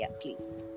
please